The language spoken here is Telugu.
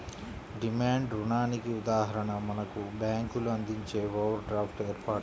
డిమాండ్ రుణానికి ఉదాహరణ మనకు బ్యేంకులు అందించే ఓవర్ డ్రాఫ్ట్ ఏర్పాటు